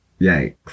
Yikes